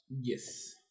Yes